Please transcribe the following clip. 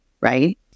right